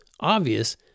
obvious